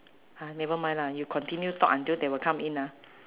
ah nevermind lah you continue talk until they will come in lah